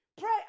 Pray